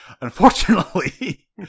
Unfortunately